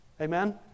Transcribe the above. Amen